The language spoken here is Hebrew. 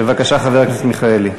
בבקשה, חבר הכנסת מיכאלי.